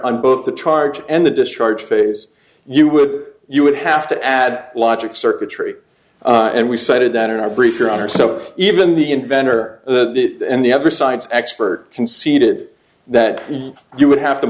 on both the charge and the discharge phase you would you would have to add logic circuitry and we cited that in our brief your honor so even the inventor and the other side's expert conceded that you would have to